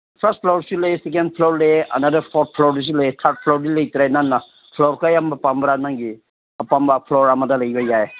first ꯐ꯭ꯂꯣꯔꯁꯨ ꯂꯩꯌꯦ second floor ꯂꯩꯌꯦ ꯑꯅꯥꯗꯔ ꯐꯣꯔꯠ ꯐ꯭ꯂꯣꯔꯗꯁꯨ ꯂꯩꯌꯦ ꯊꯥꯔꯠ ꯐ꯭ꯂꯣꯔꯗꯤ ꯂꯩꯇ꯭ꯔꯦ ꯅꯪꯅ ꯐ꯭ꯂꯣꯔ ꯀꯔꯝꯕ ꯄꯥꯝꯕ꯭ꯔꯥ ꯅꯪꯒꯤ ꯑꯄꯥꯝꯕ ꯐ꯭ꯂꯣꯔ ꯑꯃꯗ ꯂꯩꯕ ꯌꯥꯏꯌꯦ